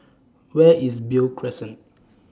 Where IS Beo Crescent